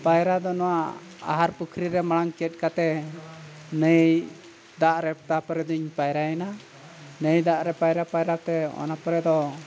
ᱯᱟᱭᱨᱟ ᱫᱚ ᱱᱚᱣᱟ ᱟᱦᱟᱨ ᱯᱩᱠᱷᱨᱤ ᱨᱮ ᱢᱟᱲᱟᱝ ᱪᱮᱫ ᱠᱟᱛᱮ ᱱᱟᱹᱭ ᱫᱟᱜ ᱨᱮ ᱛᱟᱯᱚᱨᱮ ᱫᱚᱧ ᱯᱟᱭᱨᱟᱭᱮᱱᱟ ᱱᱟᱹᱭ ᱫᱟᱜ ᱨᱮ ᱯᱟᱭᱨᱟ ᱯᱟᱭᱨᱟ ᱛᱮ ᱚᱱᱟ ᱯᱚᱨᱮ ᱫᱚ